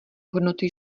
hodnoty